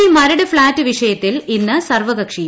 Kochi Maradu flat വിഷയത്തിൽ ഇന്ന് സർവകക്ഷിയോഗം